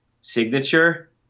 signature